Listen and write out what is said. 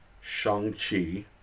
Shang-Chi